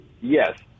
Yes